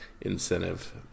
incentive